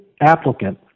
applicant